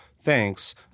Thanks